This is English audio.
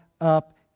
up